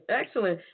excellent